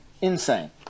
Insane